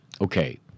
Okay